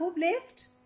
left